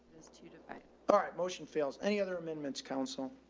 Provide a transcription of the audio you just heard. was two to five. all right. motion fails. any other amendments? council?